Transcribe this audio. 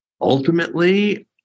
Ultimately